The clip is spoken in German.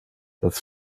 das